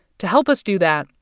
to help us do that,